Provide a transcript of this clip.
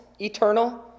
eternal